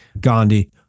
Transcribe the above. Gandhi